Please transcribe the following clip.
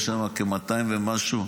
יש שם כ-200 ומשהו,